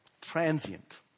Transient